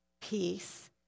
peace